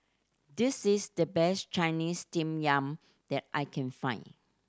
this is the best Chinese Steamed Yam that I can find